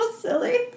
silly